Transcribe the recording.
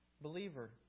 believer